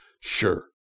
sure